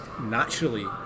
naturally